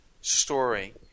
story